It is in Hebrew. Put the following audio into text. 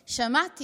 הישיבה, שאני שמעתי